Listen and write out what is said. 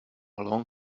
long